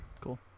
Cool